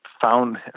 found